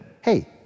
hey